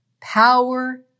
Power